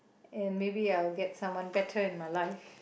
and maybe I'll get someone better in my life